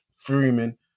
Freeman